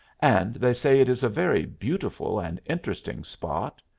and they say it is a very beautiful and interesting spot.